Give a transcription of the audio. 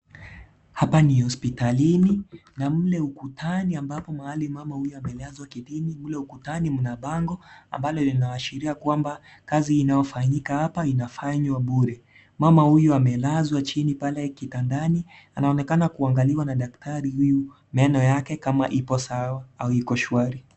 Hapa ni hospitalini, na mle ukutani ambapo mahali mama huyu amelazwa kitini, mle ukutani mna bango ambalo linaashiria kwamba kazi inayofanyika hapa inafanywa bure. Mama huyu amelazwa chini pale kitandani, anaonekana kuangaliwa na daktari huyu meno yake kama ipo sawa au iko shwari.